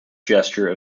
gesture